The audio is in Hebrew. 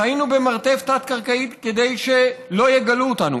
חיינו במרתף תת-קרקעי כדי שלא יגלו אותנו.